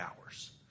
hours